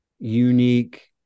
unique